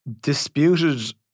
disputed